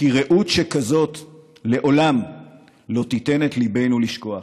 "כי רעות שכזאת לעולם / לא תיתן את ליבנו לשכוח.